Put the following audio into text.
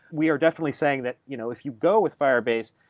we are definitely saying that you know if you go with firebase,